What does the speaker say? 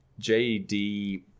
JD